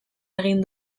egin